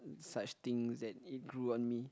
such things that it grew on me